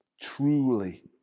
truly